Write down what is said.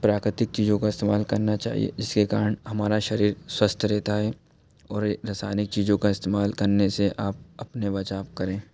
प्राकृतिक चीज़ों का इस्तेमाल करना चाहिए जिसके कारण हमारा शरीर स्वस्थ रहता है और ये रासायनिक चीज़ों का इस्तेमाल करने से आप अपने बचाव करें